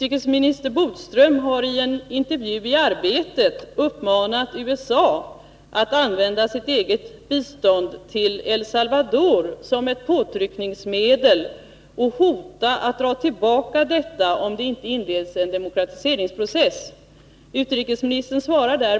I en intervju i Arbetet har utrikesminister Bodström uppmanat USA att använda sitt eget bistånd till El Salvador såsom ett påtryckningsmedel och hota att dra tillbaka detta, om en demokratisk process inte inleds.